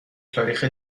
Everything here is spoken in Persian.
تاریخ